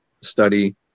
study